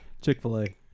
Chick-fil-A